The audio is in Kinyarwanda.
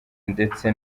ndetse